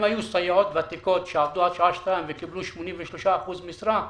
אם היו סייעות ותיקות שעבדו עד שעה 2:00 וקיבלו 83 אחוזים משרה,